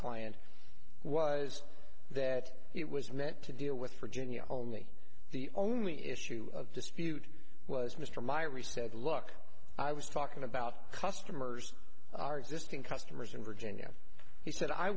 client was that it was meant to deal with virginia only the only issue of dispute was mr meyer we said look i was talking about customers our existing customers in virginia he said i